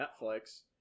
netflix